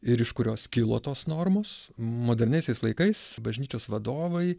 ir iš kurios kilo tos normos moderniaisiais laikais bažnyčios vadovai